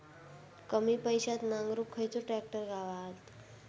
कमी पैशात नांगरुक खयचो ट्रॅक्टर गावात?